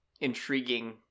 intriguing